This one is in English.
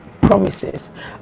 promises